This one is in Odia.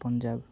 ପଞ୍ଜାବ